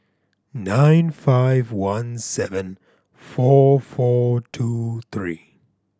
nine five one seven four four two three